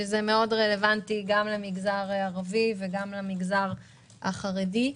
שזה רלוונטי מאוד גם למגזר הערבי וגם למגזר החרדי,